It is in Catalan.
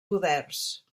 poders